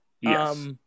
Yes